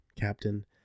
captain